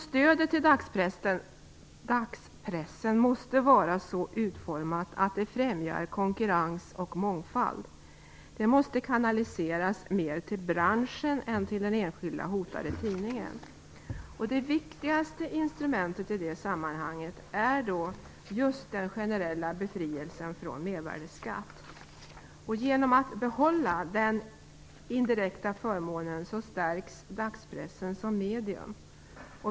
Stödet till dagspressen måste således vara så utformat att det främjar konkurrens och mångfald. Det måste kanaliseras mera till branschen än till den enskilda hotade tidningen. Det viktigaste instrumentet i det sammanhanget är just den generella befrielsen från mervärdesskatt. Genom att behålla den indirekta förmånen stärks dagspressen som medium.